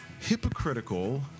hypocritical